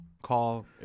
call